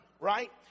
Right